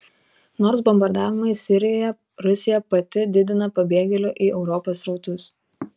nors bombardavimais sirijoje rusija pati didina pabėgėlių į europą srautus